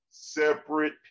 separate